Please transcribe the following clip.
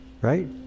right